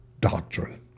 doctrine